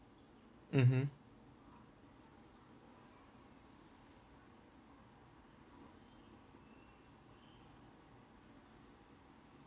mmhmm